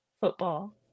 football